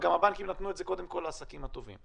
וגם הבנקים נתנו את זה קודם כול לעסקים הטובים.